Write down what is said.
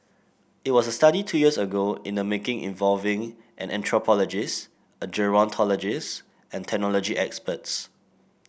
it was a study two years ago in the making involving an anthropologist a gerontologist and technology experts